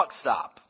stop